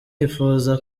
yifuza